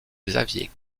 xavier